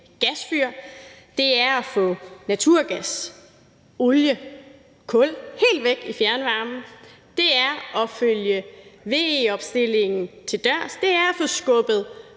gasfyr. Det er at få naturgas, olie og kul helt væk i fjernvarmen. Det er at følge VE-opstillingen til dørs. Det er at få skubbet